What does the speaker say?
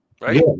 Right